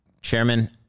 chairman